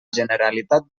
generalitat